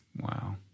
Wow